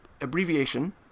abbreviation